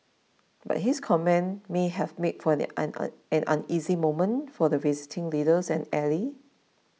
but his comments may have made for an on an uneasy moment for the visiting leader and ally